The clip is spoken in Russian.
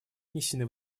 внесены